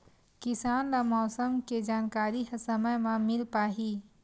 किसान ल मौसम के जानकारी ह समय म मिल पाही?